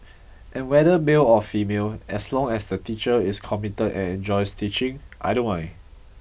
but whether male or female as long as the teacher is committed and enjoys teaching I don't mind